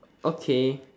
okay